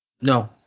No